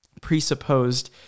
presupposed